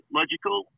logical